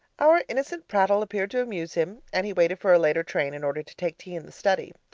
our innocent prattle appeared to amuse him and he waited for a later train in order to take tea in the study.